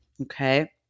okay